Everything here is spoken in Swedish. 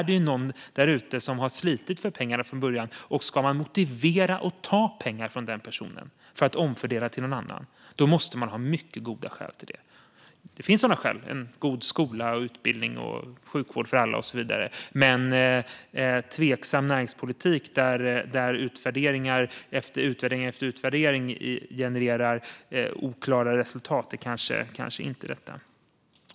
Det är någon där ute som har slitit för pengarna från början. Om ska man motivera att ta pengar från den personen för att omfördela till någon annan måste man ha mycket goda skäl till det. Det finns sådana skäl - god utbildning, sjukvård för alla och så vidare - men en tveksam näringspolitik där utvärdering efter utvärdering genererar oklara resultat är kanske inte det. Fru talman!